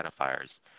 identifiers